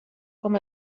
com